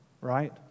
right